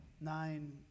nine